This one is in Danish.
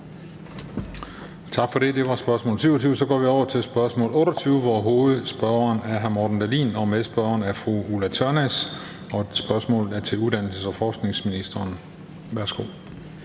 Tak for det. Det var spørgsmål 27. Så går vi over til spørgsmål 28, hvor hovedspørgeren er hr. Morten Dahlin og medspørgeren er fru Ulla Tørnæs. Spørgsmålet er til uddannelses- og forskningsministeren. Kl.